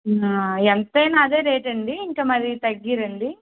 ఎంతైనా అదే రేటా అండి ఇంక మరి తగ్గరాండి